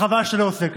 חבל שאתה עושה כך.